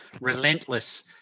relentless